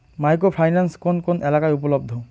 Micro finance কোন কোন এলাকায় উপলব্ধ?